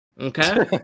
Okay